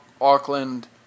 Auckland